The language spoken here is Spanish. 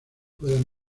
puedan